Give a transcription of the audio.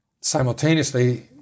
Simultaneously